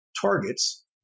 targets